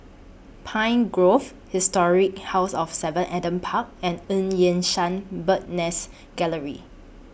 Pine Grove Historic House of seven Adam Park and EU Yan Sang Bird's Nest Gallery